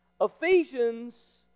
Ephesians